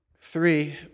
three